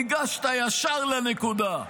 ניגשת ישר לנקודה.